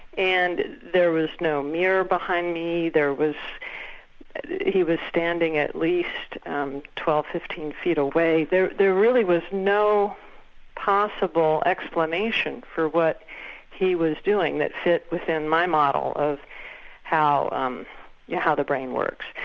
and there was no mirror behind be, there was he was standing at least um twelve, fifteen feet away, there there really was no possible explanation for what he was doing that fit within my model of how um yeah how the brain works.